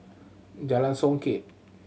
Jalan Songket